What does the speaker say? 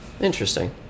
Interesting